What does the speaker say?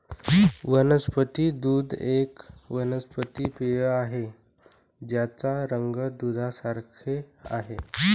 वनस्पती दूध एक वनस्पती पेय आहे ज्याचा रंग दुधासारखे आहे